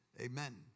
amen